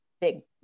big